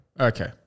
Okay